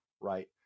right